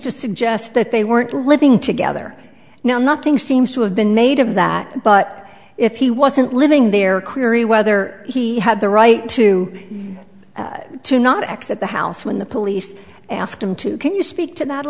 to suggest that they weren't living together now nothing seems to have been made of that but if he wasn't living there cleary whether he had the right to to not exit the house when the police asked him to can you speak to that a